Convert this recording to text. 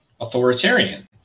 authoritarian